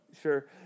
Sure